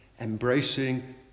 embracing